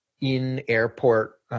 in-airport